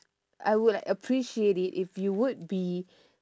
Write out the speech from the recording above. I would like appreciate it if you would be